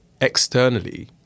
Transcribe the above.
externally